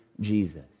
Jesus